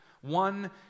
One